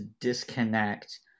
disconnect